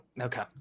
Okay